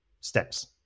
steps